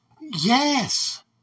Yes